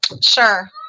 Sure